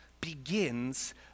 begins